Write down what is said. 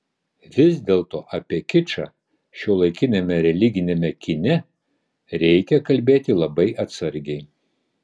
vis dėlto apie kičą šiuolaikiniame religiniame kine reikia kalbėti labai atsargiai